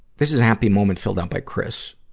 this is a happy moment filled out by chris,